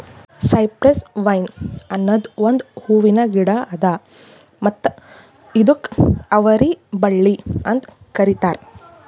cypress vine ಅನದ್ ಒಂದು ಹೂವಿನ ಗಿಡ ಅದಾ ಮತ್ತ ಇದುಕ್ ಅವರಿ ಬಳ್ಳಿ ಅಂತ್ ಕರಿತಾರ್